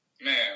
man